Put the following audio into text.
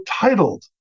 titled